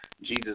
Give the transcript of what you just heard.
Jesus